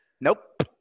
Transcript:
Nope